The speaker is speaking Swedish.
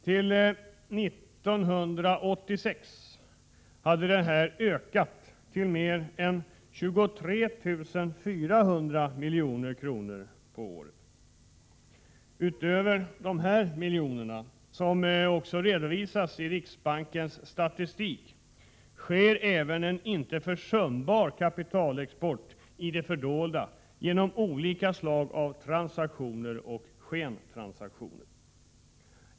Till 1986 hade den ökat till mer än 23 400 milj.kr. Utöver dessa miljoner, som redovisas i riksbankens statistik, sker även en inte försumbar kapitalexport i det fördolda genom olika slag av transaktioner och skentransaktioner.